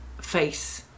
face